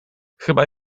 chyba